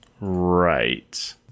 Right